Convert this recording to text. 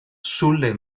sulle